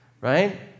right